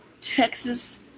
texas